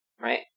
Right